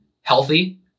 healthy